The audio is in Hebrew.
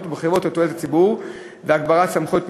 ובחברות לתועלת הציבור והגברת סמכויות פיקוח.